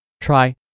try